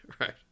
Right